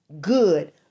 good